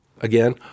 again